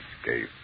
escape